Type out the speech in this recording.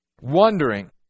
Wondering